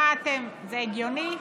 מה אתם, זה הגיוני?